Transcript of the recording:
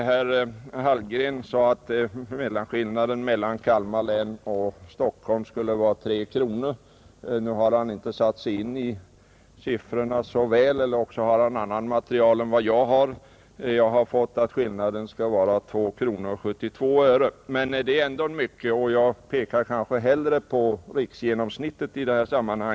Herr Hallgren sade att skillnaden mellan Kalmar län och Stockholm skulle vara 3 kronor. Nu har han inte satt sig in i siffrorna så väl, eller också har han annat material än jag. Jag har fått fram att skillnaden skall vara 2:72. Men det är ändå mycket, och jag pekar kanske hellre på riksgenomsnittet i detta fall.